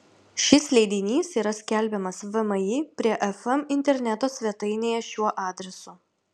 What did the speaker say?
šis leidinys yra skelbiamas vmi prie fm interneto svetainėje šiuo adresu